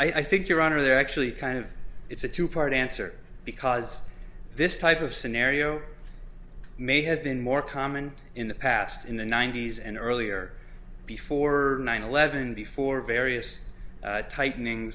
so i think your honor they're actually kind of it's a two part answer because this type of scenario may have been more common in the past in the ninety's and earlier before nine eleven before various tightening